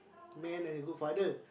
man and a good father